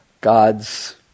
God's